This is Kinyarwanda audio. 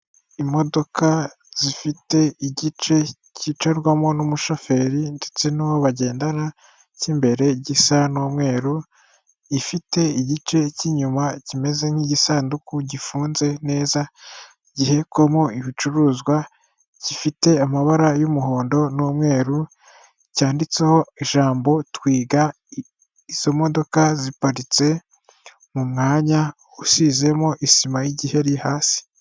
Imodoka zifite igice kicarwamo n'umushoferi ndetse n'uwo bagendana cy'imbere gisa n'umweru ifite igice cy'inyuma kimeze nk'igisanduku gifunze neza gihekwamo ibicuruzwa gifite amabara y'umuhondo n'umweru cyanditseho ijambo twiga izo modoka ziparitse mu mwanya usizemo isima y'igiheri hasi.